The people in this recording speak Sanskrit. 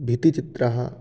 भीतिचित्रम्